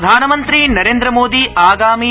Pradhan Mantri Narendra Modi आगामिति